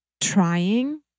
trying